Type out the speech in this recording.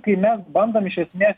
kai mes bandom iš esmės